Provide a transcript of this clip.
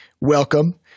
Welcome